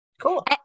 cool